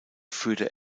führte